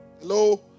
Hello